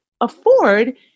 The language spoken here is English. afford